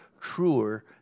truer